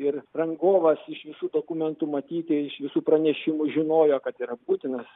ir rangovas iš visų dokumentų matyti iš visų pranešimų žinojo kad yra būtinas